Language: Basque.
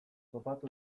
topatu